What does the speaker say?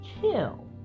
chill